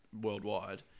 worldwide